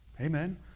Amen